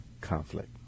conflict